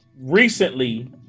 Recently